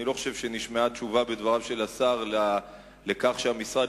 אני לא חושב שנשמעה בדבריו של השר תשובה על כך שהמשרד